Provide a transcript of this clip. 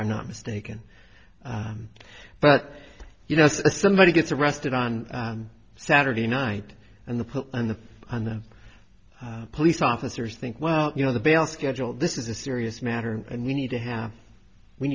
fire not mistaken but you know somebody gets arrested on saturday night and the put on the on the police officers think well you know the bail schedule this is a serious matter and we need to have we